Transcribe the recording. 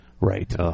Right